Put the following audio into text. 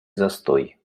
застой